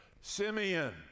Simeon